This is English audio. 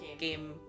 game